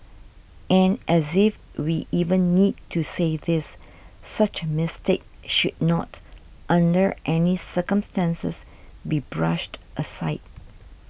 and as if we even need to say this such a mistake should not under any circumstances be brushed aside